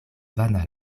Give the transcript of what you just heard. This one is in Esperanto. vana